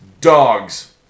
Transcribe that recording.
Dogs